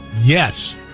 Yes